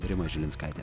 rima žilinskaitė